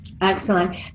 Excellent